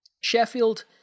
Sheffield